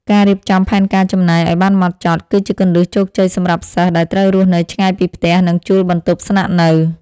ការរៀបចំផែនការចំណាយឱ្យបានហ្មត់ចត់ គឺជាគន្លឹះជោគជ័យសម្រាប់សិស្សដែលត្រូវរស់នៅឆ្ងាយពីផ្ទះនិងជួលបន្ទប់ស្នាក់នៅ។